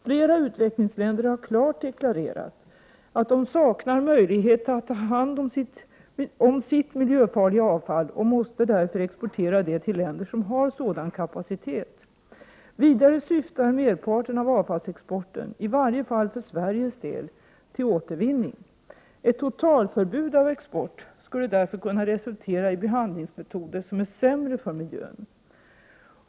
Flera utvecklingsländer har klart deklarerat att de saknar möjlighet att ta hand om sitt miljöfarliga avfall och måste därför exportera det till länder som har sådan kapacitet. Vidare syftar merparten av avfallsexporten, i varje fall för Sveriges del, till återvinning. Ett totalförbud av export skulle därför kunna resultera i behandlingsmetoder som är sämre för miljön.